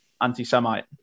anti-Semite